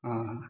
अहाँ